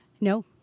No